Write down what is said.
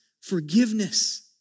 Forgiveness